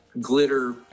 glitter